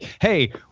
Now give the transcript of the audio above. hey